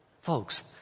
Folks